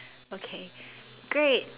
okay great